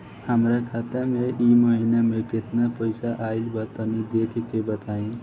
हमरा खाता मे इ महीना मे केतना पईसा आइल ब तनि देखऽ क बताईं?